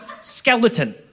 skeleton